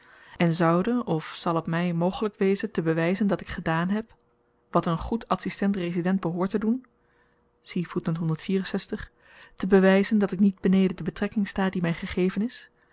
en zoude of zal het my mogelyk wezen te bewyzen dat ik gedaan heb wat een goed adsistent resident behoort te doen te bewyzen dat ik niet beneden de betrekking sta die my gegeven